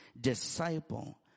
disciple